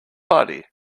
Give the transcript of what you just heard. party